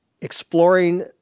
exploring